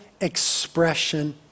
expression